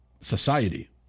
society